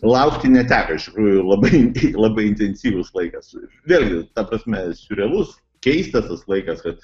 laukti neteko iš tikrųjų labai labai intensyvus laikas vėlgi ta prasme surrealus keistas tas laikas kad